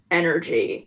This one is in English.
energy